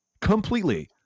completely